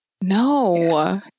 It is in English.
no